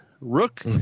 Rook